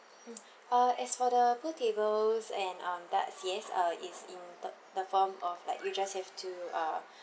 uh as for the pool tables and um darts yes uh it's in the the form of like you just have to uh